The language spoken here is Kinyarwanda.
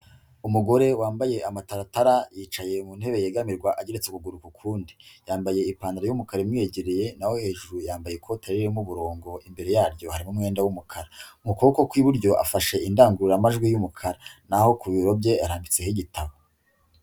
Umugore wambaye amataratara yicaye ku ntebe yegamirwa ageretse ukuguru kukundi, yambaye ipantaro y'umukara imwegereye, naho hejuru yambaye ikote ririmo umurongo imbere yaryo harimo umwenda w'umukara. Mu kuboko kw'iburyo afashe indangururamajwi y'umukara, naho ku bibero bye harambitseho igitabo.